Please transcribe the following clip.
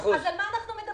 אז על מה אנחנו מדברים?